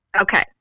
Okay